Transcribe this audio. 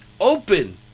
open